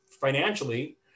financially